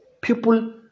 People